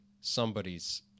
somebody's